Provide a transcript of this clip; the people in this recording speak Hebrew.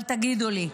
אבל תגידו לי באמת,